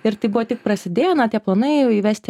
ir tai buvo tik prasidėjo na tie planai jau įvesti